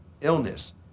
illness